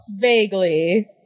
Vaguely